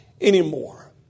anymore